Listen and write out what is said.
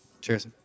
Cheers